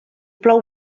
plou